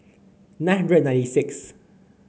nine hundred and ninety six